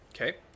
Okay